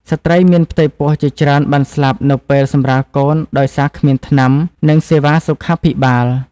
ស្ត្រីមានផ្ទៃពោះជាច្រើនបានស្លាប់នៅពេលសម្រាលកូនដោយសារគ្មានថ្នាំ និងសេវាសុខាភិបាល។